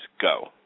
go